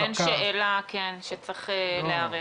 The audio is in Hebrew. ואין שאלה שצריך להיערך.